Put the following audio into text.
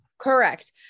Correct